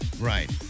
Right